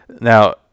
Now